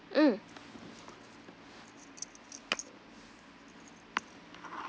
mm